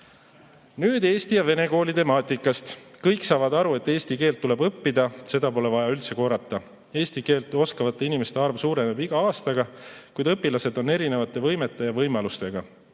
Nüüd eesti ja vene kooli temaatikast. Kõik saavad aru, et eesti keelt tuleb õppida, seda pole vaja üldse korrata. Eesti keelt oskavate inimeste arv suureneb iga aastaga, kuid õpilased on erinevate võimete ja võimalustega.